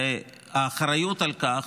ואת האחריות על כך,